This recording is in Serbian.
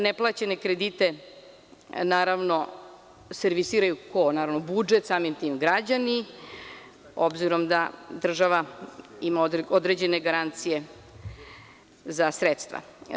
Neplaćene kredite, naravno servisiraju, ko, naravno budžet, samim tim građani obzirom da država ima određene garancije za sredstva.